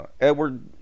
Edward